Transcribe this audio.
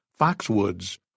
Foxwoods